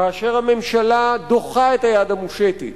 כאשר הממשלה דוחה את היד המושטת